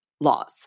laws